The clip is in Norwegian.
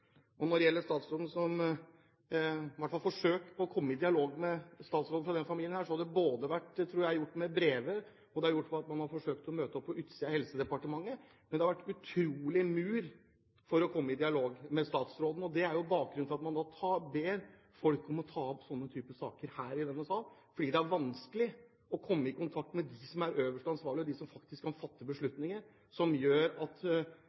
Når det gjelder forsøk fra den familien på å komme i dialog med statsråden, har det vært prøvd – tror jeg – med brev, og de har forsøkt å møte opp på utsiden av Helsedepartementet, men det har vært en utrolig mur for å komme i dialog med statsråden. Det er bakgrunnen for at man nå ber oss om å ta opp den type saker her i denne sal, fordi det er vanskelig å komme i kontakt med dem som er øverste ansvarlige, og dem som faktisk kan fatte beslutninger som gjør at